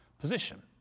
position